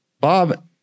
Bob